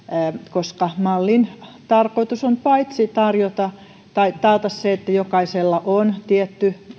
koska mallin tarkoitus on paitsi taata se että jokaisella on tietty